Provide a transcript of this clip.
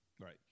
Right